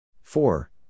Four